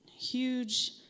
huge